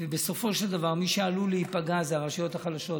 ובסופו של דבר מי שעלול להיפגע זה הרשויות החלשות.